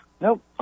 Nope